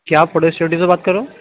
کیا آپ photo studio سے بات کر رہے ہیں